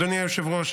אדוני היושב-ראש,